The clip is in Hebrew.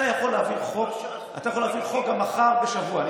אתה יכול להעביר חוק מחר בשבוע.